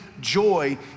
joy